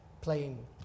playing